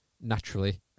naturally